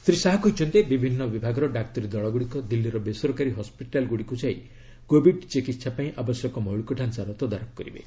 ଶ୍ରୀ ଶାହା କହିଛନ୍ତି ବିଭିନ୍ନ ବିଭାଗର ଡାକ୍ତରୀ ଦଳଗୁଡ଼ିକ ଦିଲ୍ଲୀର ବେସରକାରୀ ହସ୍କିଟାଲ୍ଗୁଡ଼ିକୁ ଯାଇ କୋବିଡ୍ର ଚିକିତ୍ସା ପାଇଁ ଆବଶ୍ୟକ ମୌଳିକ ଢାଞ୍ଚାର ତଦାରଖ କରିବେ